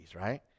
right